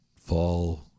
fall